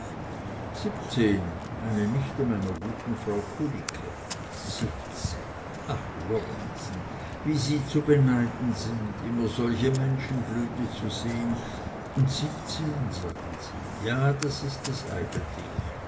siebzehn eine nichte meiner guten frau kulicke siebzehn ach lorenzen wie sie zu beneiden sind immer solche menschenblüte zu sehn und siebzehn sagen sie ja das ist das eigentliche